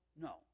no